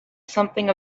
something